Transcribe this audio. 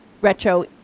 retro